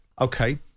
Okay